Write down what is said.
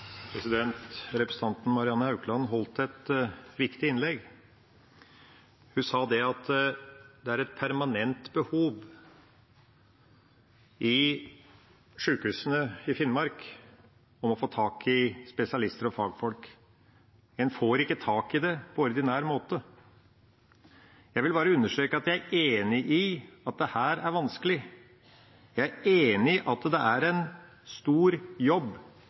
Representanten Marianne Haukland holdt et viktig innlegg. Hun sa at det er et permanent behov i sykehusene i Finnmark for å få tak i spesialister og fagfolk. En får ikke tak i dem på ordinær måte. Jeg vil understreke at jeg er enig i at dette er vanskelig. Jeg er enig i at det er en stor jobb